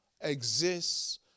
exists